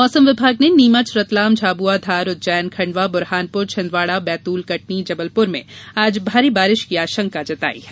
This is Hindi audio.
मौसम विभाग ने नीमच रतलाम झाब्आ धार उज्जैन खंडवा बुरहानपुर छिंदवाड़ा बैतूल कटनी जबलपुर में आज भारी बारिश की आशंका जताई है